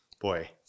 boy